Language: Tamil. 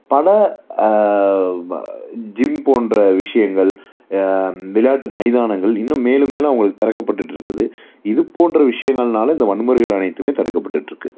பல ஜிம் போன்ற விஷயங்கள் விளையாட்டு மைதானங்கள் இன்னும் மேலும் மேலும் அவங்களுக்கு திறக்கப்பட்டுட்டிருக்குது இது போன்ற விஷயங்கள்னால இந்த வன்முறைகள் அனைத்துமே தடுக்கப்பட்டுட்ருக்குது